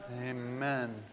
Amen